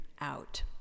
out